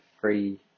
free